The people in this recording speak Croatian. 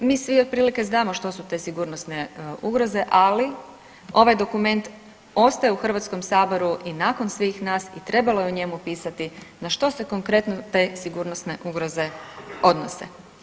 Mi svi otprilike znamo što su te sigurnosne ugroze, ali ovaj dokument ostaje u HS i nakon svih nas i trebalo je u njemu pisati na što se konkretno te sigurnosne ugroze odnose.